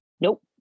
Nope